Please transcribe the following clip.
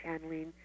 channeling